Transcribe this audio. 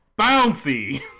bouncy